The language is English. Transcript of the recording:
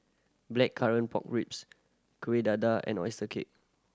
Blackcurrant Pork Ribs Kueh Dadar and oyster cake